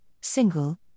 single